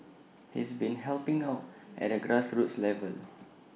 he's been helping out at the grassroots level